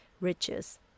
riches